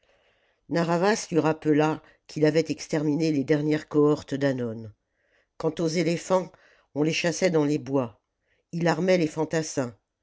narr'havas lui rappela qu'il avait exterminé les dernières cohortes d'hannon quant aux éléphants on les chassait dans lee bois il armait les fantassins